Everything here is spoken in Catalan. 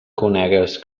conegues